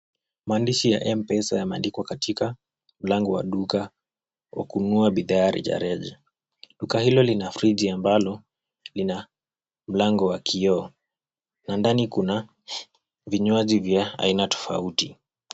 Maandishi ya M-Pesa yameandikwa katika mlango wa duka wa kununua bidhaa reja reja. Duka hilo lina friji ambalo lina mlango wa kioo na ndani kuna vinywaji vya aina tofauti.